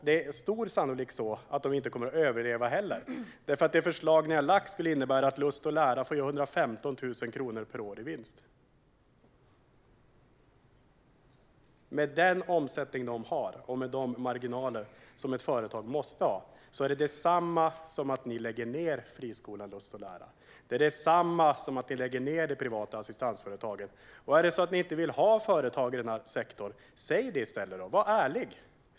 Det är sannolikt så att de inte heller kommer att kunna överleva. Ert förslag skulle innebära att Lust & Lära får göra 115 000 kronor i vinst per år. Med den omsättning som Lust & Lära har och med de marginaler som ett företag måste ha är det detsamma som att ni lägger ned friskolan Lust & Lära. Det är detsamma som att ni lägger ned det privata assistansföretaget. Är det så att ni inte vill ha företag i den här sektorn, säg det i stället och var ärlig.